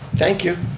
thank you.